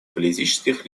политических